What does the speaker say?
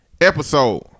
episode